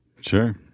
Sure